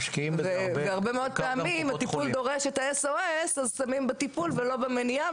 והרבה מאוד פעמים הטיפול דורש את ה-S.O.S אז שמים בטיפול ולא במניעה,